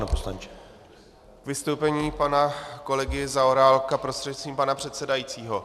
K vystoupení pana kolegy Zaorálka prostřednictvím pana předsedajícího.